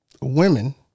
women